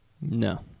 No